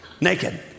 naked